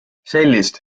sellist